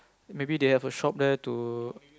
maybe they have a shop there to